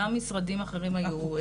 גם משרדים אחרים היו שותפים.